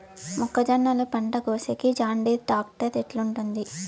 మొక్కజొన్నలు పంట కోసేకి జాన్డీర్ టాక్టర్ ఎట్లా ఉంటుంది?